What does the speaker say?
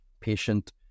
patient